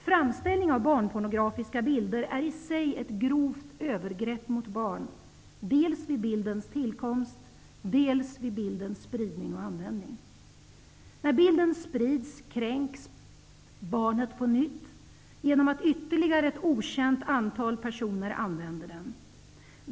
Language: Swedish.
Framställning av barnpornografiska bilder är i sig ett grovt övergrepp mot barn, dels vid bildens tillkomst, dels vid bildens spridning och användning. När bilden sprids kränks barnet på nytt genom att ytterligare ett okänt antal personer använder den.